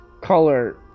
color